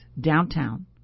downtown